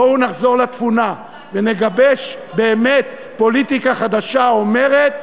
בואו נחזור לתבונה ונגבש באמת פוליטיקה חדשה האומרת,